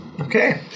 Okay